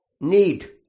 need